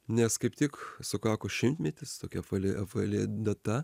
nes kaip tik sukako šimtmetis tokia apvali apvali data